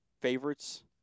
favorites